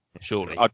Surely